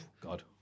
God